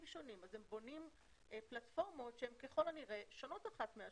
שונים אז הם בונים פלטפורמות שככל הנראה שונות אחת מהשנייה.